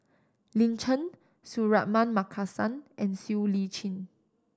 Lin Chen Suratman Markasan and Siow Lee Chin